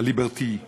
את ה-liberte.